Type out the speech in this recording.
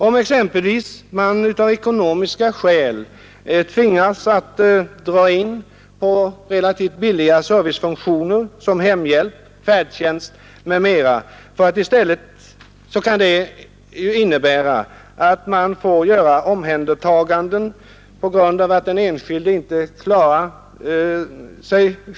Jag tänker på de fall då man av ekonomiska skäl tvingas dra in på förhållandevis billiga servicefunktioner som hemhjälp, färdtjänst m.m. för att i stället inom kort tvingas till ett omhändertagande på grund av att den enskilde inte klarar sig.